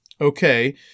Okay